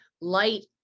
light